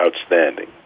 outstanding